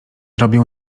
robił